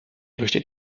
besteht